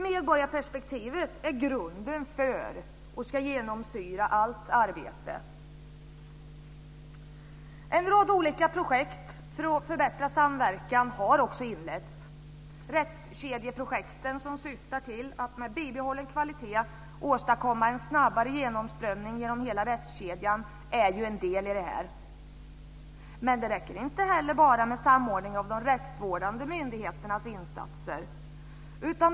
Medborgarperspektivet är nämligen grunden för, och ska genomsyra, allt arbete. En rad olika projekt för att förbättra samverkan har också inletts. Rättskedjeprojekten, som syftar till att med bibehållen kvalitet åstadkomma en snabbare genomströmning genom hela rättskedjan är en del i detta. Men det räcker inte heller bara med samordning av de rättsvårdande myndigheternas insatser.